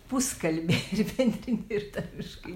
puskalbė ir bendrine ir tarmiškai